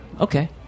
Okay